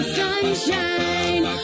sunshine